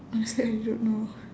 honestly I don't know